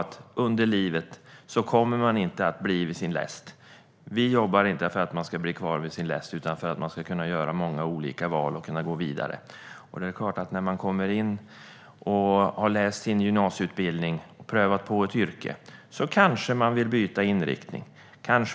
Under livet kommer man inte att bli vid sin läst. Vi jobbar inte för att man ska bli kvar vid sin läst utan för att man ska kunna göra många olika val och kunna gå vidare. Efter att man har läst sin gymnasieutbildning och prövat på ett yrke kanske man vill byta inriktning.